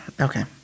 okay